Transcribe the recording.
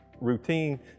routine